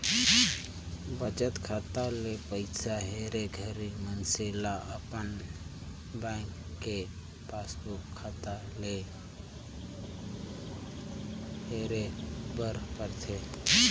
बचत खाता ले पइसा हेरे घरी मइनसे ल अपन बेंक के पासबुक खाता ले हेरे बर परथे